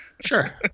sure